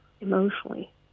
emotionally